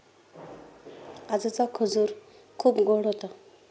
आजचा खजूर खूप गोड होता